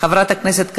חבר הכנסת עמר בר-לב,